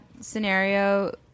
scenario